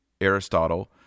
Aristotle